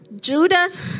Judas